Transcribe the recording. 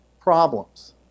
problems